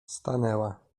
stanęła